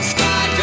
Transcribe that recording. Sky